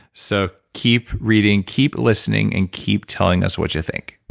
so keep reading, keep listening, and keep telling us what you think